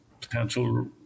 potential